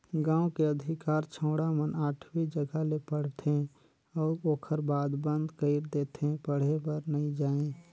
गांव के अधिकार छौड़ा मन आठवी जघा ले पढ़थे अउ ओखर बाद बंद कइर देथे पढ़े बर नइ जायें